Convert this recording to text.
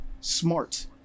smart